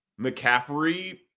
McCaffrey